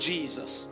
Jesus